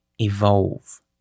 evolve